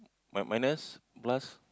my minus plus